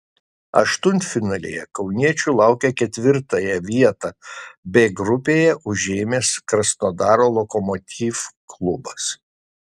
aštuntfinalyje kauniečių laukia ketvirtąją vietą b grupėje užėmęs krasnodaro lokomotiv klubas